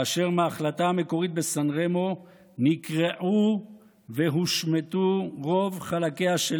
כאשר מההחלטה המקורית בסן רמו נקרעו והושמדו רוב חלקיה של